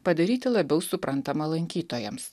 padaryti labiau suprantamą lankytojams